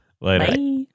Later